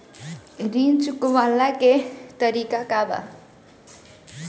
ऋण चुकव्ला के तरीका का बा?